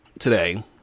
Today